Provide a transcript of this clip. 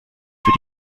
für